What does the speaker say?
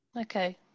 okay